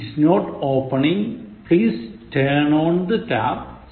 It's not opening Please turn on the tap ശരി